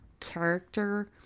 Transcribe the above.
character